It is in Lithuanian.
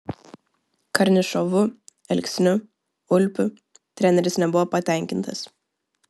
karnišovu elksniu ulpiu treneris nebuvo patenkintas